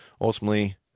Ultimately